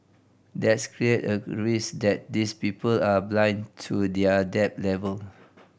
that's clear a risk that these people are blind to their debt level